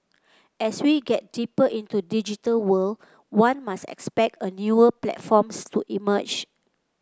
as we get deeper into digital world one must expect a newer platforms to emerge